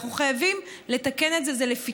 אנחנו חייבים לתקן את זה, זה לפתחנו,